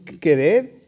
querer